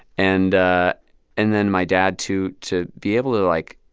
and ah and then my dad, too, to be able to, like,